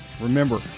remember